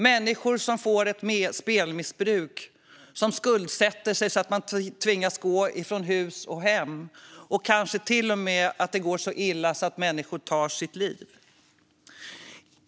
Människor får ett spelmissbruk och skuldsätter sig så att de tvingas gå från hus och hem. Kanske det till och med går så illa att människor tar sitt liv.